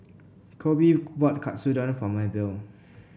Kobe bought Katsudon for Maebelle